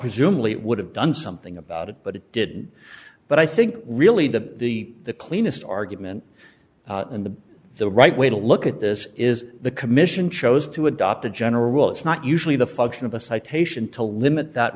presumably it would have done something about it but it didn't but i think really the the the cleanest argument and the the right way to look at this is the commission chose to adopt a general rule it's not usually the function of a citation to limit that